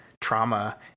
trauma